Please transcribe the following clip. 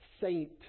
saint